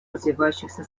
развивающихся